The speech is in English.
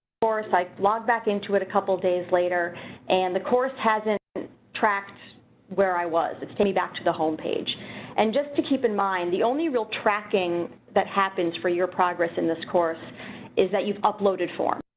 porous i, log back into it a couple days later and the course hasn't tracked where i was, it's getting back to the homepage and just to keep in mind the only real tracking, that happens for your progress in this course is that you've uploaded formed,